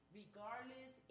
regardless